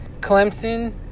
Clemson